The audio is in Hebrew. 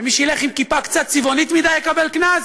מי שילך עם כיפה קצת צבעונית מדיי יקבל קנס?